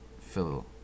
fill